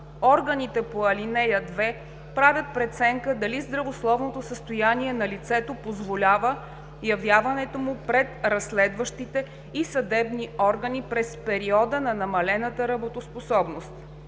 органите по ал. 2 правят преценка дали здравословното състояние на лицето позволява явяването му пред разследващите и съдебни органи през периода на намалената работоспособност.“